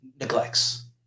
neglects